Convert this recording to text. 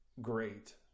great